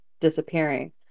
disappearing